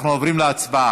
אנחנו עוברים להצבעה.